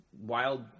wild